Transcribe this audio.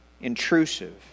intrusive